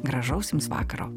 gražaus jums vakaro